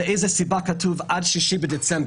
מאיזו סיבה כתוב עד 6 בדצמבר?